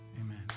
Amen